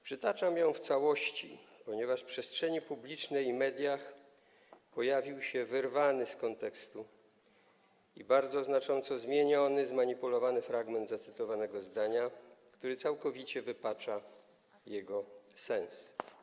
Przytaczam ją w całości, ponieważ w przestrzeni publicznej i mediach pojawił się wyrwany z kontekstu i bardzo znacząco zmieniony, zmanipulowany fragment zacytowanego zdania, który całkowicie wypacza jego sens.